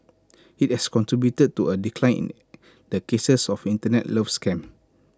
IT has contributed to A decline in the cases of Internet love scams